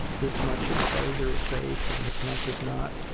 this much exposure is safe and this much is not,